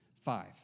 five